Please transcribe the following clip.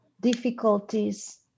difficulties